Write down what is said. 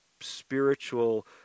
spiritual